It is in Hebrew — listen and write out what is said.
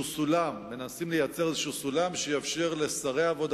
מנסים לייצר איזה סולם שיאפשר לשרי העבודה